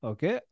Okay